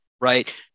Right